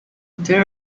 there